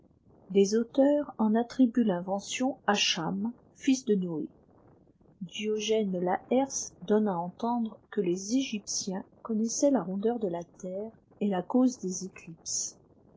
des auteurs en attribuent l'invention àxlham fils de noé diogène laërce donne à entendre que les egyptiens connaissaient la rondeur de la terre et la caue des éclipses